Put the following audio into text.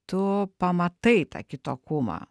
tu pamatai tą kitokumą